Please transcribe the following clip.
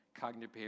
Cognitive